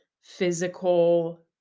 physical